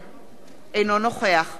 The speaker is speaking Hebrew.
אינו נוכח עינת וילף,